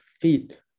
feet